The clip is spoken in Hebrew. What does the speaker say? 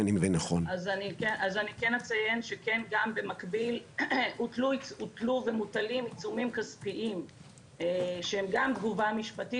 אציין שכן גם במקביל הוטלו ומוטלים עיצומים כספיים שהם גם תגובה משפטית.